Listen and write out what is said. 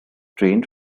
trained